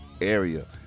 area